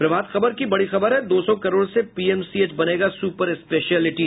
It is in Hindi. प्रभात खबर की बड़ी खबर है दो सौ करोड़ से पीएमसीएच बनेगा सुपर स्पेशियलिटी